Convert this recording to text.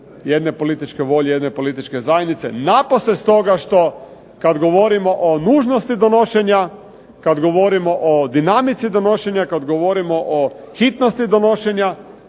jedne političke volje, jedne političke zajednice napose stoga što kad govorimo o nužnosti donošenja, kad govorimo o dinamici donošenje, kad govorimo o hitnosti donošenja